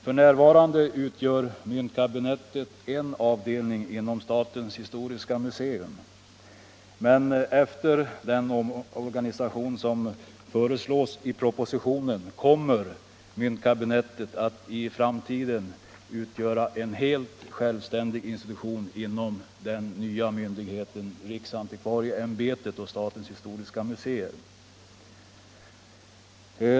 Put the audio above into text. F.n. utgör myntkabinettet en avdelning inom statens historiska museum, men efter den omorganisation som föreslås i propositionen kommer myntkabinettet att i framtiden utgöra en helt självständig institution inom den nya myndigheten riksantikvarieämbetet och statens historiska museer.